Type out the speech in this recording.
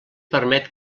permet